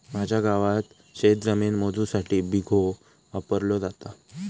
माझ्या गावात शेतजमीन मोजुसाठी बिघो वापरलो जाता